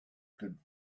could